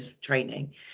training